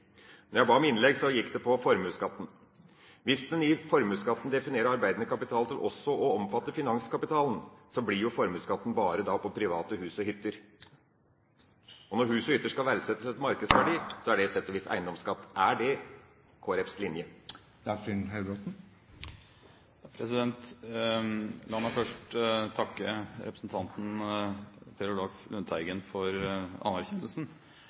jeg ba om innlegg, var det til formuesskatten. Hvis en i formuesskatten definerer arbeidende kapital til også å omfatte finanskapitalen, vil formuesskatten bare gjelde private hus og hytter. Og når hus og hytter skal verdsettes etter markedsverdi, er det på sett og vis eiendomsskatt. Er det Kristelig Folkepartis linje? La meg først takke representanten Per Olaf Lundteigen for anerkjennelsen